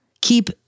Keep